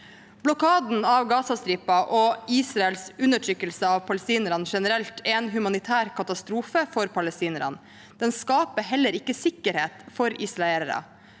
Blokaden av Gazastripen og Israels undertrykkelse av palestinerne generelt er en humanitær katastrofe for palestinerne. Den skaper heller ikke sikkerhet for israelerne.